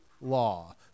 law